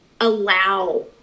allow